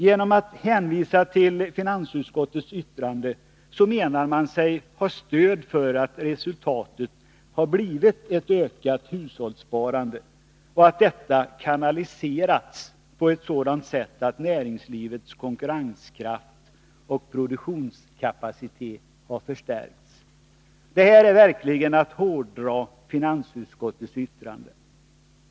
Genom att hänvisa till finansutskottets yttrande menar man sig ha stöd för att resultatet har blivit ett ökat hushållssparande och att detta kanaliserats på ett sådant sätt att näringslivets konkurrenskraft och produktionskapacitet har förstärkts. Det är verkligen att hårdra finansutskottets yttrande.